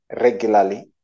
regularly